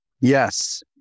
Yes